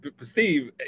Steve